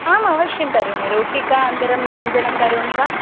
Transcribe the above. आम् अवश्यं करोमि रोटिका अनन्तरं व्यञ्जनं करोमि वा